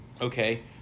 Okay